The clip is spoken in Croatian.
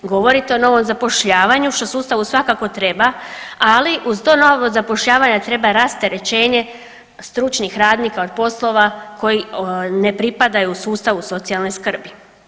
Govorite o novom zapošljavanju što sustavu svakako treba, ali uz to novo zapošljavanje treba rasterećenje stručnih radnika od poslova koji ne pripadaju sustavu socijalne skrbi.